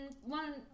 One